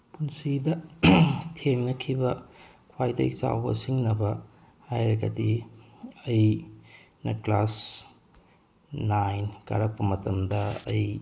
ꯄꯨꯟꯁꯤꯗ ꯊꯦꯡꯅꯈꯤꯕ ꯈ꯭ꯋꯥꯏꯗꯒꯤ ꯆꯥꯎꯕ ꯁꯤꯡꯅꯕ ꯍꯥꯏꯔꯒꯗꯤ ꯑꯩꯅ ꯀ꯭ꯂꯥꯁ ꯅꯥꯏꯟ ꯀꯥꯔꯛꯄ ꯃꯇꯝꯗ ꯑꯩ